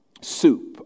soup